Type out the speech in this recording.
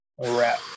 wrap